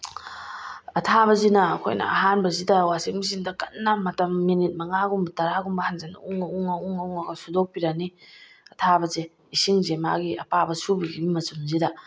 ꯑꯊꯥꯕꯁꯤꯅ ꯑꯩꯈꯣꯏꯅ ꯑꯍꯥꯟꯕꯁꯤꯗ ꯋꯥꯁꯤꯡ ꯃꯦꯆꯤꯟꯗ ꯀꯟꯅ ꯃꯇꯝ ꯃꯤꯅꯤꯠ ꯃꯉꯥꯒꯨꯝꯕ ꯇꯔꯥꯒꯨꯝꯕ ꯍꯟꯖꯤꯟꯅ ꯎꯡꯉ ꯎꯡꯉ ꯎꯡꯉ ꯎꯡꯉꯒ ꯁꯨꯗꯣꯛꯄꯤꯔꯅꯤ ꯑꯊꯥꯕꯁꯦ ꯏꯁꯤꯡꯁꯦ ꯃꯥꯒꯤ ꯑꯄꯥꯕ ꯁꯨꯈꯤꯕꯒꯤ ꯃꯆꯨꯝꯁꯤꯗ